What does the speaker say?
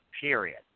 period